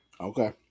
Okay